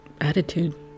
attitude